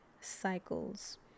cycles